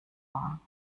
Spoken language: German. war